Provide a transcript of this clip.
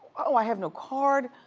i have no card.